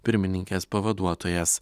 pirmininkės pavaduotojas